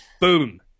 Boom